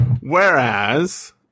Whereas